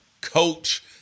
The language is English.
Coach